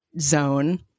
zone